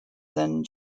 than